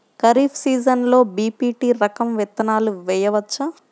ఖరీఫ్ సీజన్లో బి.పీ.టీ రకం విత్తనాలు వేయవచ్చా?